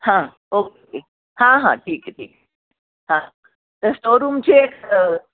हां ओके हां हां ठीक आहे ठीक हां तर स्टोरूमचे एक